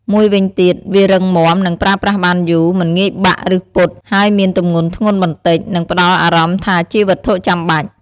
មួយវិញទៀត វារឹងមាំ និងប្រើប្រាស់បានយូរ មិនងាយបាក់ ឬពត់ ហើយមានទម្ងន់ធ្ងន់បន្តិច និងផ្តល់អារម្មណ៍ថាជាវត្ថុចាំបាច់។